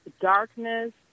darkness